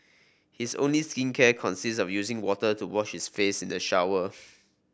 his only skincare consists of using water to wash his face in the shower